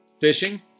Fishing